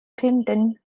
clinton